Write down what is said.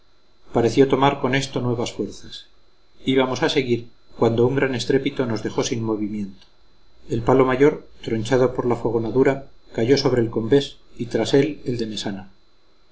pareció tomar con esto nuevas fuerzas íbamos a seguir cuando un gran estrépito nos dejó sin movimiento el palo mayor tronchado por la fogonadura cayo sobre el combés y tras él el de mesana